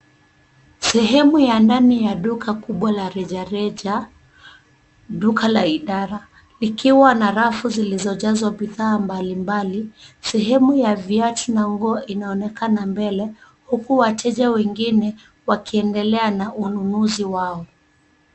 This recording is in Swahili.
Sehemu ya ndani ya duka kubwa la rejareja, duka la idara likiwa na rafu zilizojazwa bidhaa mbalimbali. Sehemu ya viatu na nguo inaonekana mbele huku wateja wengine wakiendelea na unuzi wao.